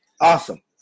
Awesome